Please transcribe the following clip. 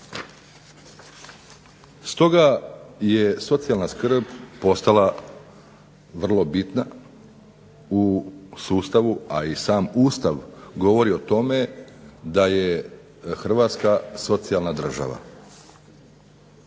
Stoga je socijalna skrb postala vrlo bitna u sustavu, a i sam Ustav govori o tome da je Hrvatska socijalna država